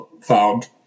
found